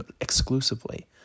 exclusively